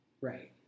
Right